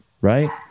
right